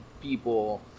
people